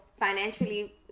financially